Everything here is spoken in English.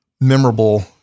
memorable